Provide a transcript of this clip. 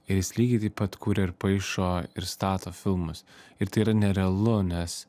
ir jis lygiai taip pat kuria ir paišo ir stato filmus ir tai yra nerealu nes